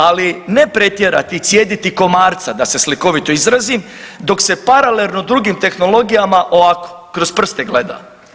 Ali ne pretjerati i cijediti komarca, da se slikovito izrazim, dok se paralelno drugim tehnologijama, ovako, kroz prste gleda.